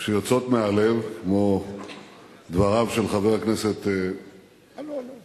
שיוצאות מהלב, כמו דבריו של חבר הכנסת בן-אליעזר.